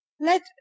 let